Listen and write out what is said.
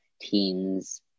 teams